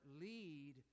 lead